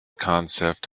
concept